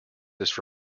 this